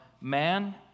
man